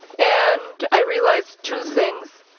and i realized two things.